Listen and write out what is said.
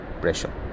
pressure